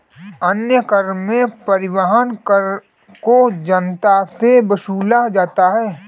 अन्य कर में परिवहन कर को जनता से वसूला जाता है